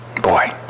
Boy